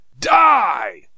Die